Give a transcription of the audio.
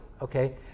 okay